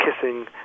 kissing